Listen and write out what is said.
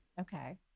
okay